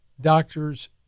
doctors